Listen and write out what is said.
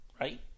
Right